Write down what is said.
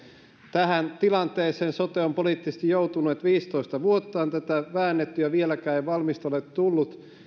tähän tilanteeseen sote on poliittisesti joutunut että viisitoista vuotta on tätä väännetty ja vieläkään ei valmista ole tullut